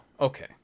Okay